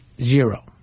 Zero